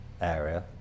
area